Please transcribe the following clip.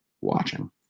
watching